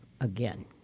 again